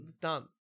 Done